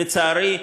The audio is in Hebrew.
לצערי,